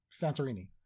Santorini